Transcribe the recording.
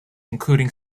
including